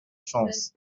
chance